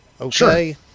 okay